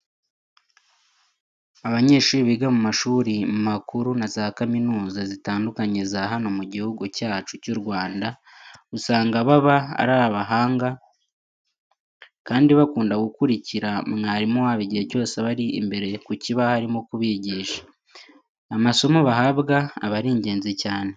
Abanyeshuri biga mu mashuri makuru na za kaminuza zitandukanye za hano mu gihugu cyacu cy'u Rwanda, usanga baba ari abahanga kandi bakunda gukurikira mwarimu wabo igihe cyose aba ari imbere ku kibaho arimo kubugisha. Amasomo bahabwa aba ari ingenzi cyane.